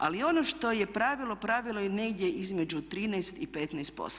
Ali ono što je pravilo, pravilo je negdje između 13 i 15%